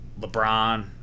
LeBron